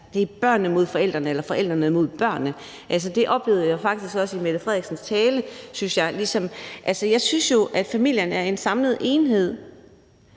det er børnene mod forældrene eller forældrene mod børnene. Det oplevede jeg faktisk også i statsministerens tale. Jeg synes jo, at familien er en samlet enhed.